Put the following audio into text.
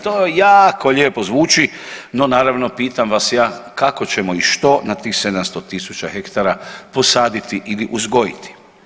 To jako lijepo zvuči, no naravno pitam vas ja kako ćemo i što na tih 700 tisuća hektara posaditi ili uzgojiti?